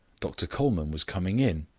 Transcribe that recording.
dr colman was coming in.